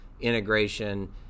integration